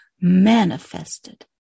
manifested